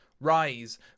Rise